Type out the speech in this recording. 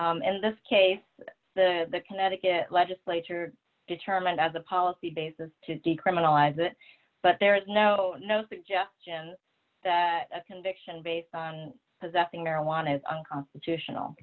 action in this case the connecticut legislature determined as a policy basis to decriminalize it but there is no no suggestion that a conviction based on possessing marijuana is constitutional